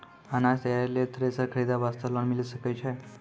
अनाज तैयारी लेल थ्रेसर खरीदे वास्ते लोन मिले सकय छै?